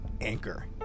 Anchor